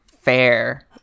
Fair